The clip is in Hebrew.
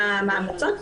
ההמלצות,